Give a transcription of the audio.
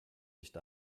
nicht